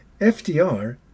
FDR